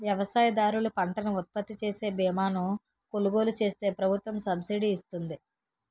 వ్యవసాయదారులు పంటను ఉత్పత్తిచేసే బీమాను కొలుగోలు చేస్తే ప్రభుత్వం సబ్సిడీ ఇస్తుంది